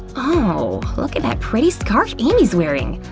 ooh! look at that pretty scarf amy's wearing?